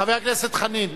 חבר הכנסת חנין,